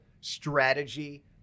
strategy